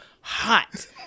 hot